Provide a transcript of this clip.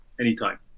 anytime